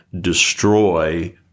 destroy